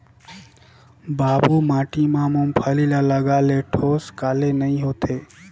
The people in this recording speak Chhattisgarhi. बालू माटी मा मुंगफली ला लगाले ठोस काले नइ होथे?